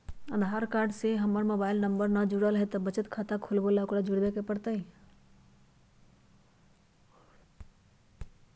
आधार card से हमर mobile number न जुरल है त बचत खाता खुलवा ला उकरो जुड़बे के पड़तई?